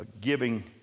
Giving